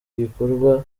gikorwa